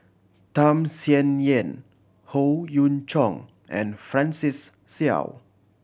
Tham Sien Yen Howe Yoon Chong and Francis Seow